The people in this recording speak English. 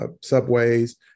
subways